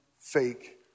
fake